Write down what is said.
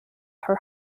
her